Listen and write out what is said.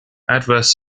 adverse